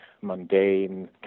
mundane